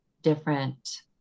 different